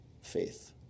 faith